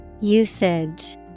Usage